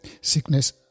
sickness